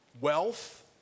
Wealth